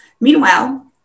Meanwhile